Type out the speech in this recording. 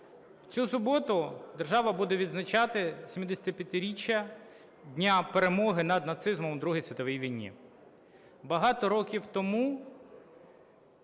В цю суботу держава буде відзначати 75-річчя Дня перемоги над нацизмом у Другій світовій війни. Багато років тому